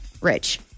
Rich